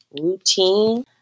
routine